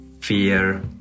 fear